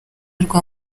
rwa